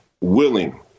willing